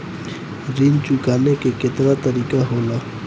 ऋण चुकाने के केतना तरीका होला?